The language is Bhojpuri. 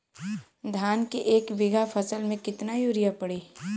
धान के एक बिघा फसल मे कितना यूरिया पड़ी?